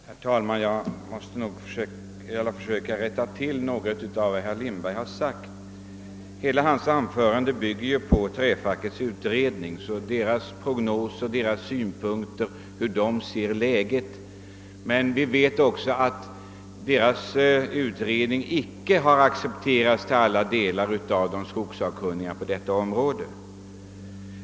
Herr talman! Jag måste lägga till rätta en del av vad herr Lindberg sade. Hela hans anförande bygger på träfackens prognos och synpunkter på läget, men vi vet också att deras utredning icke till alla delar har accepterats av de skogssakkunniga på detta område.